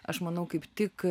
aš manau kaip tik